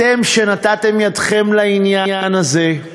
אתם, שנתתם ידכם לעניין הזה,